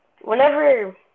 whenever